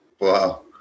Wow